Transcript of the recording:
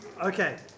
Okay